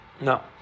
No